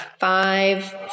five